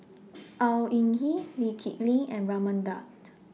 Au Hing Yee Lee Kip Lin and Raman Daud